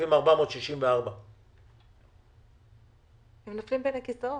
9,464. הם נופלים בין הכיסאות.